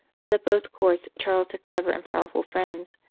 but at both courts charles had clever and powerful friends,